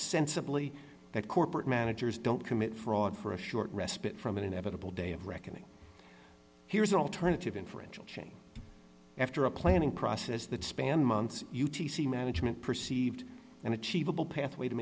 sensibly that corporate managers don't commit fraud for a short respite from an inevitable day of reckoning here's an alternative inferential chain after a planning process that spanned months u t c management perceived an achievable pathway to